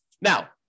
now